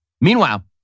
Meanwhile